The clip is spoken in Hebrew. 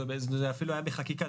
זה אפילו היה בחקיקה.